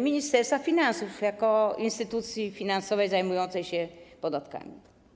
Ministerstwu Finansów jako instytucji finansowej zajmującej się podatkami.